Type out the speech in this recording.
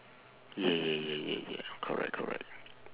yeah yeah yeah yeah yeah correct correct